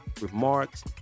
remarks